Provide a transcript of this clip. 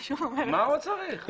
מה עוד צריך?